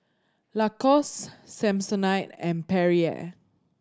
Lacoste Samsonite and Perrier